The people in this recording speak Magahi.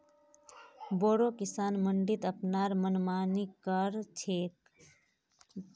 बोरो किसान मंडीत अपनार मनमानी कर छेक